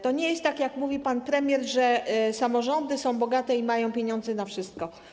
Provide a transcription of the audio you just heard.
To nie jest tak, jak mówi pan premier, że samorządy są bogate i mają pieniądze na wszystko.